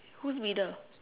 who's reader